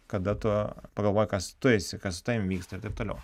kada tu pagalvoji kas tu esi kas su tavim vyksta ir taip toliau